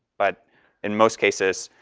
but in most cases